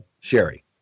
Sherry